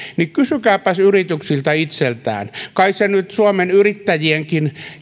niin kysykääpäs yrityksiltä itseltään kai nyt suomen yrittäjienkin